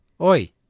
oi